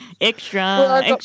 extra